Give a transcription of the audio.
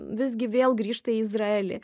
visgi vėl grįžta į izraelį